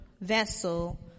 vessel